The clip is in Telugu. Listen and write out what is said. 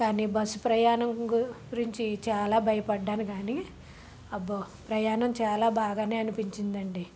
గానీ బస్సు ప్రయాణం గురించి చాలా భయపడ్డాను గానీ ప్రయాణం చాలా బాగానే అనిపించింది అండి